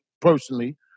personally